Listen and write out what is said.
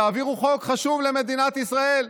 תעבירו חוק חשוב למדינת ישראל.